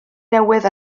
newydd